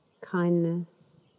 kindness